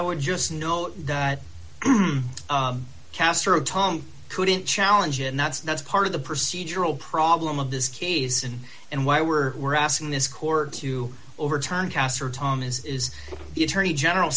would just note that castro tom couldn't challenge and that's that's part of the procedural problem of this case and and why we're asking this court to overturn castro thomas is the attorney general